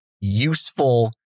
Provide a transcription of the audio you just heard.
useful